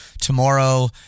tomorrow